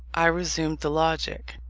i resumed the logic.